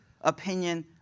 opinion